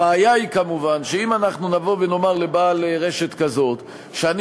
הבעיה היא כמובן שאם אנחנו נבוא ונאמר לבעל רשת כזאת שאני